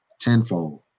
tenfold